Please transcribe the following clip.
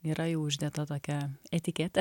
yra jau uždėta tokia etiketė